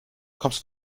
kommst